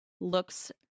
looks